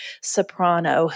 soprano